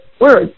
words